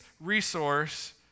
resource